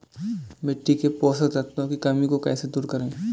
मिट्टी के पोषक तत्वों की कमी को कैसे दूर करें?